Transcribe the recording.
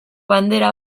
bandera